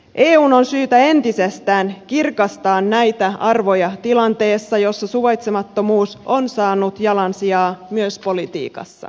eun on syytä entisestään kirkastaa näitä arvoja tilanteessa jossa suvaitsemattomuus on saanut jalansijaa myös politiikassa